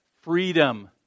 freedom